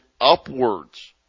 upwards